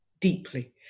deeply